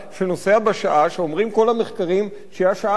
שנוסע בשעה שאומרים כל המחקרים שהיא השעה הכי